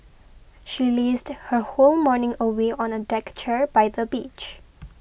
she lazed her whole morning away on a deck chair by the beach